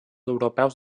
europeus